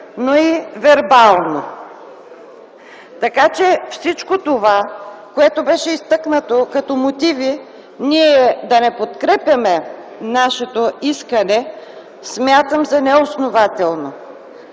но и вербално, така че всичко това, което беше изтъкнато като мотиви, ние да не подкрепяме нашето искане, смятам за неоснователно.